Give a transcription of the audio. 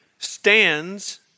stands